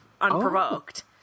unprovoked